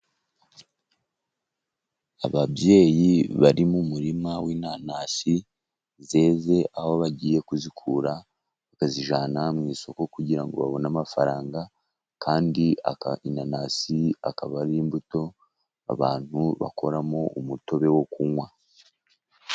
Ababyeyi bari mu murima w'inanasi zeze aho bagiye kuzikura bakazijyana mu isoko kugira ngo babone amafaranga, kandi inanasi akaba ari imbuto abantu bakoramo umutobe wo kunywa.